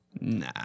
Nah